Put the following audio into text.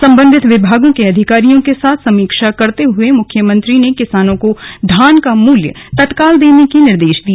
सम्बंधित विभागों के अधिकारियों के साथ समीक्षा करते हुए मुख्यमंत्री ने किसानों को धान का मूल्य तत्काल देने के निर्देश दिए